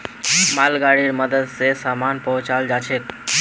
मालगाड़ीर मदद स सामान पहुचाल जाछेक